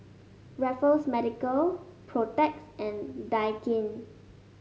Raffles Medical Protex and Daikin